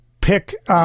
pick